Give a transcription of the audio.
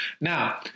Now